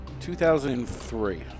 2003